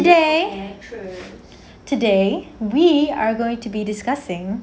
today today we are going to be discussing